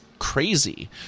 crazy